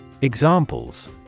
Examples